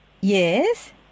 Yes